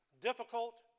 difficult